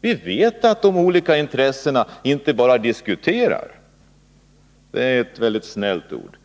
Vi vet att de olika intressena inte bara diskuterat frågorna — det är ett mycket snällt ord.